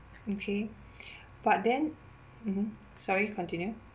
okay but then mmhmm sorry continue